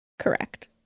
Correct